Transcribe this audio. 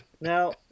Now